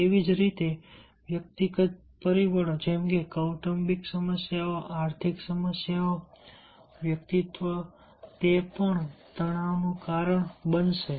તેવી જ રીતે વ્યક્તિગત પરિબળો જેમ કે કૌટુંબિક સમસ્યાઓ આર્થિક સમસ્યાઓ વ્યક્તિત્વ તે પણ તણાવનું કારણ બનશે